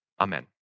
Amen